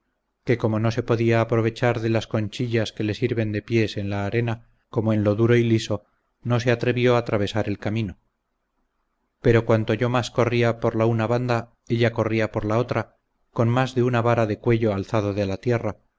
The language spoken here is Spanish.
que como no se podía aprovechar de las conchillas que le sirven de pies en la arena como en lo duro y liso no se atrevió atravesar el camino pero cuanto yo más corría por la una banda ella corría por la otra con mas de una vara de cuello alzado de la tierra